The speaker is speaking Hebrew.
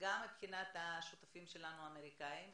גם מבחינת השותפים האמריקאים שלנו,